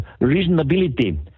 reasonability